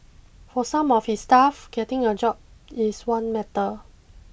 for some of his staff getting a job is one matter